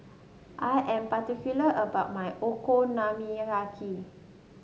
I am particular about my Okonomiyaki